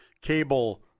cable